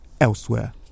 elsewhere